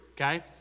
okay